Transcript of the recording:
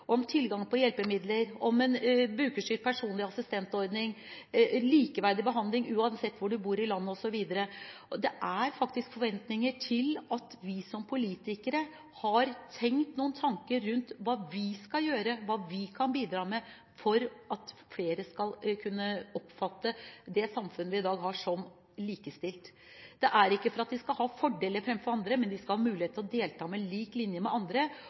om tilgang på hjelpemidler, om en brukerstyrt personlig assistentordning og likeverdig behandling uansett hvor du bor i landet osv. Det er faktisk forventninger til at vi som politikere har tenkt noen tanker rundt hva vi skal gjøre, hva vi kan bidra med for at flere skal kunne oppfatte det samfunnet vi i dag har, som likestilt. Det er ikke for at de skal ha fordeler fremfor andre, men de skal ha mulighet til å delta på lik linje med andre,